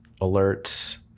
alerts